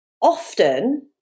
Often